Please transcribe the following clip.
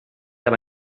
aber